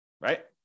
right